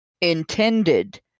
intended